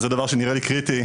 וזה דבר שנראה לי קריטי,